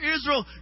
Israel